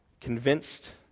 convinced